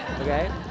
Okay